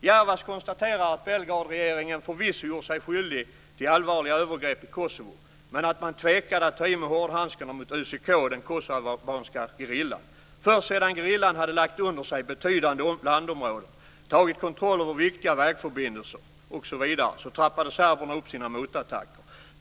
Jervas konstaterar att Belgradregeringen förvisso gjort sig skyldig till allvarliga övergrepp i Kosovo men att man tvekade att ta i med hårdhandskarna mot UCK - den kosovoalbanska gerillan. Först sedan gerillan hade lagt under sig betydande landområden, tagit kontroll över viktiga vägförbindelser osv. trappade serberna upp sina motattacker.